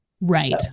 right